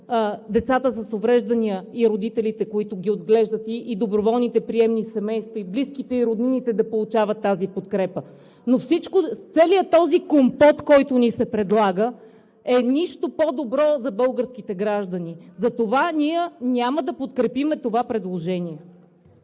децата с увреждания и родителите, които ги отглеждат, доброволните приемни семейства, близките и роднините да получават тази подкрепа. Но целият този компот, който ни се предлага, не е нищо по-добро за българските граждани и затова ние няма да подкрепим това предложение.